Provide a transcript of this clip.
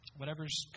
whatever's